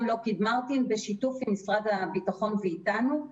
וגם לוקהיד-מרטין, בשיתוף עם משרד הביטחון ואתנו.